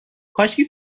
کاشکی